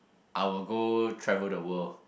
I will go travel the world